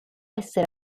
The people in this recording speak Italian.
essere